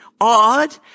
odd